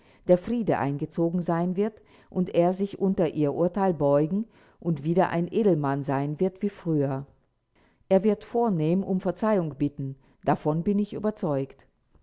der friede eingezogen sein wird und er sich unter ihr urteil beugen und wieder ein edelmann sein wird wie früher er wird vornehm um verzeihung bitten davon bin ich überzeugt